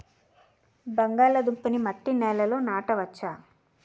బంగాళదుంప నీ మట్టి నేలల్లో నాట వచ్చా?